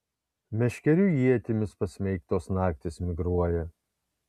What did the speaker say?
meškerių ietimis pasmeigtos naktys migruoja